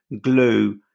glue